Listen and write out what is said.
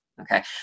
Okay